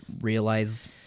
realize